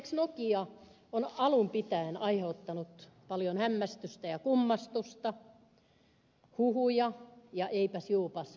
lex nokia on alun pitäen aiheuttanut paljon hämmästystä ja kummastusta huhuja ja eipäs juupas väittelyä